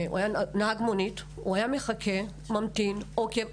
הוא היה נהג מונית, והוא היה מחכה, ממתין ועוקב.